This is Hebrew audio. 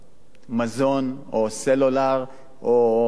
מזון או סלולר או אני לא יודע,